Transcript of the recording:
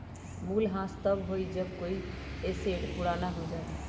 मूल्यह्रास तब होबा हई जब कोई एसेट पुराना हो जा हई